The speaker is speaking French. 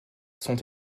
sont